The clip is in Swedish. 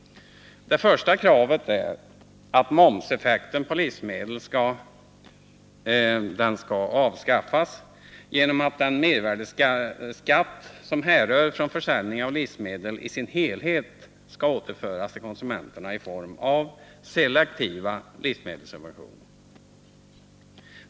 Det första kravet är att momseffekten på livsmedel skall avskaffas genom att den mervärdeskatt som härrör från försäljning av livsmedel i sin helhet skall återföras till konsumenterna i form av selektiva livsmedelssubventioner.